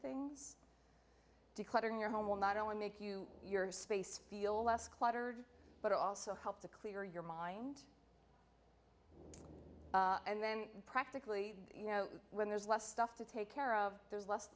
things declaring your home will not only make you your space feel less cluttered but also help to clear your mind and then practically you know when there's less stuff to take care of there's less